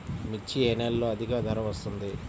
మిర్చి ఏ నెలలో అధిక ధర వస్తుంది?